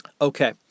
Okay